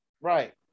Right